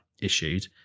issued